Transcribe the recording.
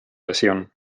lesión